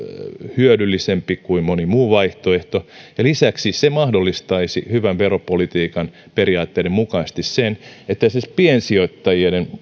hyödyllisempi kuin moni muu vaihtoehto ja lisäksi se mahdollistaisi hyvän veropolitiikan periaatteiden mukaisesti sen että esimerkiksi piensijoittajien